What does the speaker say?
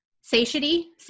satiety